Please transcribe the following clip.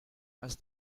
must